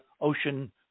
ocean